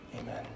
Amen